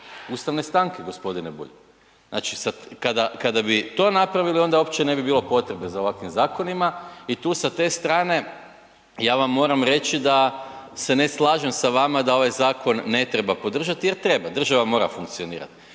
ustavne stanke g. Bulj. Znači kada bi to napravili onda uopće ne bi bilo potrebe za ovakvim zakonima i tu sa te strane ja vam moram reći da se ne slažem s vama da ovaj zakon ne treba podržati jer treba, država mora funkcionirati.